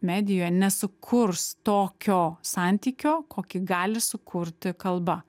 medijoje nesukurs tokio santykio kokį gali sukurti kalba